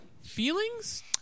Feelings